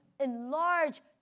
enlarge